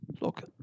Look